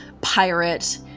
pirate